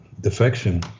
defection